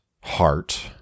heart